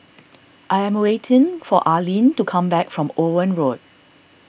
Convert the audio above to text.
I am waiting for Arlyne to come back from Owen Road